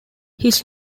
his